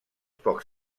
pocs